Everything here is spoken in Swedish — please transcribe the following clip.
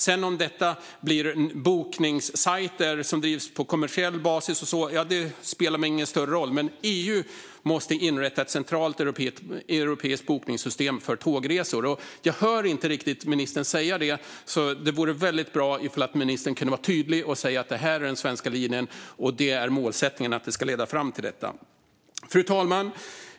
Sedan om detta blir bokningssajter som drivs på kommersiell basis spelar mig ingen större roll. Men EU måste inrätta ett centralt europeiskt bokningssystem för tågresor. Jag hör inte riktigt ministern säga det. Det vore väldigt bra ifall ministern kunde vara tydlig och säga: Det här är den svenska linjen, och målsättningen är att det ska leda fram till detta. Fru talman!